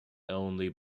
only